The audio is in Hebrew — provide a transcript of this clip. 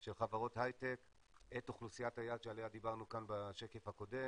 של חברות הייטק את אוכלוסיית היעד שדיברנו עליה כאן בשקף הקודם,